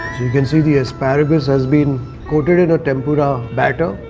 you can see the asparagus has been coated in a tempura batter.